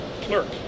clerk